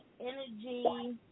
energy